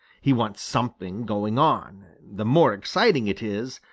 he wants something going on. the more exciting it is,